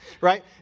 right